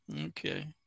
Okay